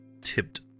tipped